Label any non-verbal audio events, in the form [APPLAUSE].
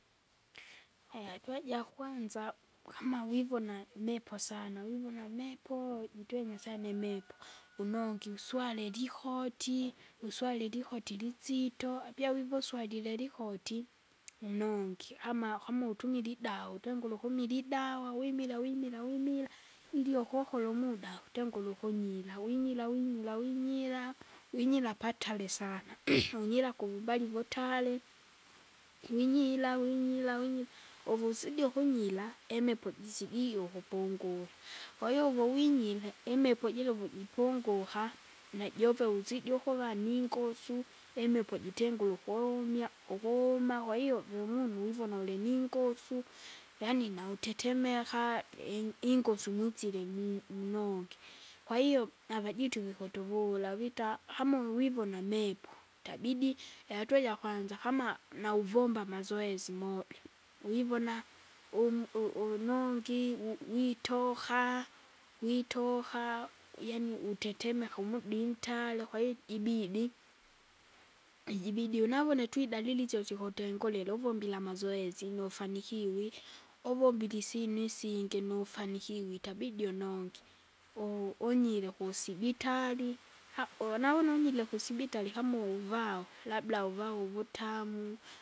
[NOISE] [HESITATION] hatua jakwanza kama vivona imipwa sana, wivona mepo! jitue [NOISE] nyusana imipo, [NOISE] unongi uswali likoti, uswale ilikoti lisito, apyawive uswalile likoti, unongi, ama kama utumila idawa, utengule ukumila idawa, wimira wimira wimira, ili ukokolo umuda kutengulaukunyira, winyira winyira winyira, winyira patare sana [NOISE] unyira kuvubali vutare. Winyira winyira winyira, uvuzidi ukunyira ukunyira, imepo jise jige ukupungula. Kwahiyo wowinyire imepo jira uvujipungura, najove uvuzidi ukuvani ningusu, imepo jitengure ukulumwea, ukuuma kwahiyo vyumunu uwivona uliningosu. Yaani nautetemeka, i- ingosu munsile mu- munonge, kwahiyo avajitu vikutuvula vita kama uwivona mepu, itabidi ihatu jakwanza ijakwanza kama nauvomba amazoezi moja. Wivona um- u- unongi wu- witoka, witoka yaani utetemeke umuda intali, kwahiyo jibidi, ijibidi uvune twidalili syo sikutengulila uvombile amazoezi nufanikiwi. Uvomile isinu isindi nufanikiwi itabidi unongye, u- unyire kusibitari, ha unaune undile kusibitari kama uvao labda uvao uvutamu.